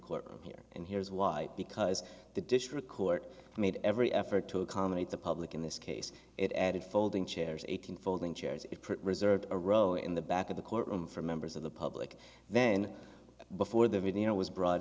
court here and here's why because the district court made every effort to accommodate the public in this case it added folding chairs eighteen folding chairs reserved a row in the back of the courtroom for members of the public then before the video was brought